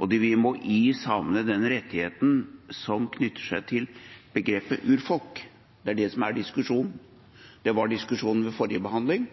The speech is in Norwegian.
og vi må gi samene den rettigheten som knytter seg til begrepet «urfolk». Det er det som er diskusjonen. Det var diskusjonen ved forrige behandling,